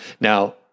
now